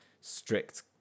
strict